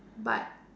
but